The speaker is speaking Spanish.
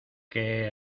que